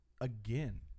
again